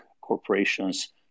corporations